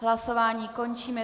Hlasování končím.